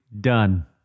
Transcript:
done